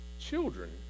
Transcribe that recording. children